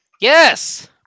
yes